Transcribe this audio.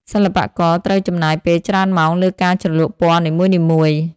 សិល្បករត្រូវចំណាយពេលច្រើនម៉ោងលើការជ្រលក់ពណ៌នីមួយៗ។